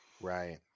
right